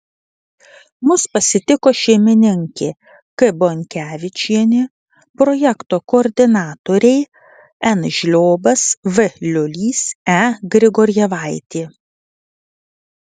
mus pasitiko šeimininkė k bonkevičienė projekto koordinatoriai n žliobas v liolys e grigorjevaitė